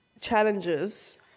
Challenges